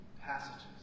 passages